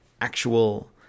actual